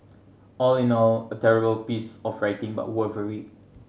all in all a terrible piece of writing but worth a read